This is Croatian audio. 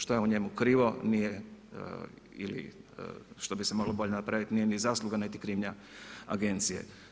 Što je u njemu krivo nije ili što bi se moglo bolje napraviti nije ni zasluga niti krivnja agencije.